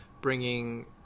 bringing